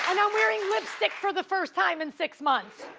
and i'm wearing lipstick for the first time in six months.